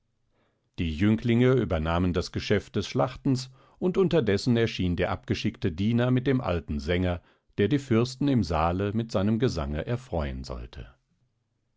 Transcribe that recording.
die jünglinge übernahmen das geschäft des schlachtens und unterdessen erschien der abgeschickte diener mit dem alten sänger der die fürsten im saale mit seinem gesange erfreuen sollte